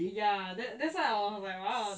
ya that's why I was like !whoa!